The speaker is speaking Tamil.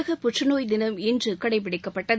உலக புற்றுநோய் தினம் இன்று கடைப்பிடிக்கப்பட்டது